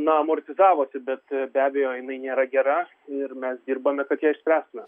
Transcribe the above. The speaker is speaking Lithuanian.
na amortizavosi bet be abejo jinai nėra gera ir mes dirbame kad ją išspręstume